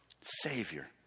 Savior